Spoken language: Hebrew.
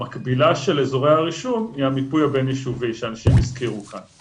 המקבילה של אזורי הרישום היא המיפוי הבין-יישובי שאנשים הזכירו כאן.